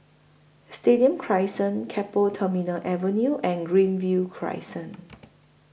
Stadium Crescent Keppel Terminal Avenue and Greenview Crescent